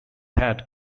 had